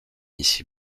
ici